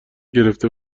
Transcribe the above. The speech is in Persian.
گرفته